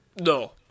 No